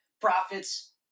profits